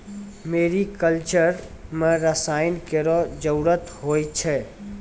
मेरी culture म रसायन केरो जरूरत होय छै